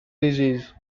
disease